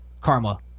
Karma